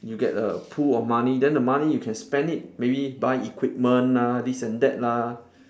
you get a pool of money then the money you can spend it maybe buy equipment ah this and that lah